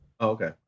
Okay